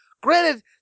Granted